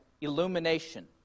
illumination